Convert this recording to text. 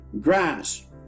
grass